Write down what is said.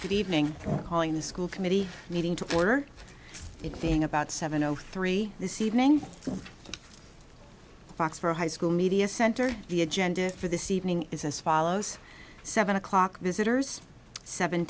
good evening calling the school committee meeting to order it being about seven o three this evening box for high school media center the agenda for this evening is as follows seven o'clock visitors seven